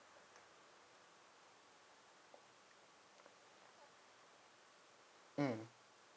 mm